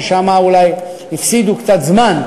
ששם אולי הפסידו קצת זמן,